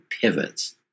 pivots